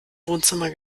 wohnzimmer